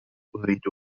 أريد